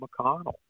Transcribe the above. McConnell